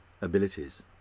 abilities